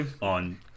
on